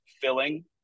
filling